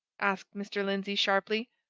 asked mr. lindsey, sharply.